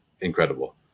Incredible